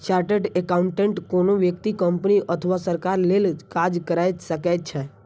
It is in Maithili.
चार्टेड एकाउंटेंट कोनो व्यक्ति, कंपनी अथवा सरकार लेल काज कैर सकै छै